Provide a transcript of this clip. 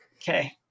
Okay